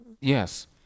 Yes